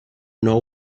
know